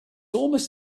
almost